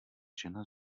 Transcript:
žena